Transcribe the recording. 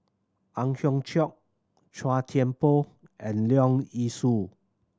Ang Hiong Chiok Chua Thian Poh and Leong Yee Soo